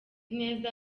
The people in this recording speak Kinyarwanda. neza